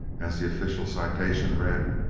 as the official citation read,